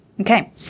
Okay